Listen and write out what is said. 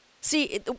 See